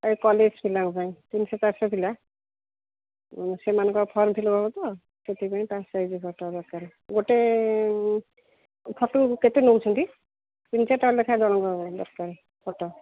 ଏ college ପିଲାଙ୍କ ପାଇଁ ତିରିଶ ଚାଳିଶ ପିଲା ସେମାନଙ୍କ ଫର୍ମ୍ ଫିଲ୍ଅପ୍ ହେବ ତ ସେଥିପାଇଁ ପାସ୍ ସାଇଜ୍ ଫଟୋ ଦରକାର ଗୋଟିଏ ଫଟୋକୁ କେତେ ନେଉଛନ୍ତି ତିନି ଚାରିଟା ଲେଖାଏଁ ଜଣଙ୍କୁ ଦରକାର ଫଟୋ